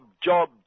job